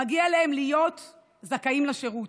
מגיע להם להיות זכאים לשירות.